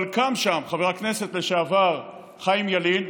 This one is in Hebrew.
קם שם חבר הכנסת לשעבר חיים ילין,